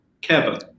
Kevin